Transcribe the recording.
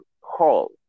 hall